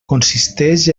consisteix